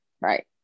Right